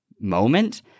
moment